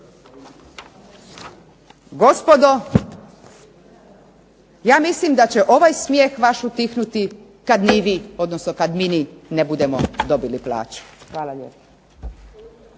Gospodo, ja mislim da će ovaj smijeh vaš utihnuti kad ni vi odnosno kad ni mi ne budemo dobili plaću. Hvala lijepo.